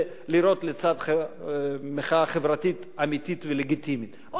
לראות לצד מחאה חברתית אמיתית ולגיטימית.